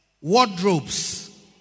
wardrobes